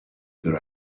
good